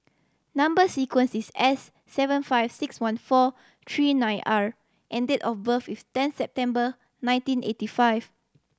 number sequence is S seven five six one four three nine R and date of birth is ten September nineteen eighty five